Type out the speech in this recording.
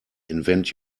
invent